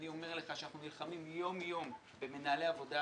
אני אומר לך שאנחנו נלחמים יום יום במנהלי עבודה,